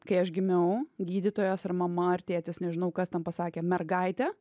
kai aš gimiau gydytojas ar mama ar tėtis nežinau kas ten pasakė mergaitė